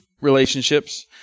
relationships